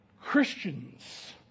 Christians